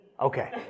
Okay